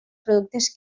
productes